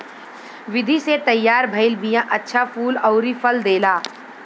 विधि से तैयार भइल बिया अच्छा फूल अउरी फल देला